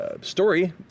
story